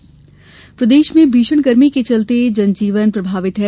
गर्मी प्रदेश में भीषण गर्मी के चलते जन जीवन प्रभावित है